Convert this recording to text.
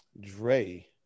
Dre